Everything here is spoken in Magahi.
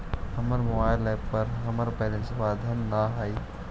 हमर मोबाइल एप पर हमर बैलेंस अद्यतन ना हई